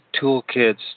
toolkits